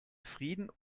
frieden